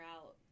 out